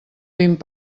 vint